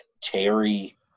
Terry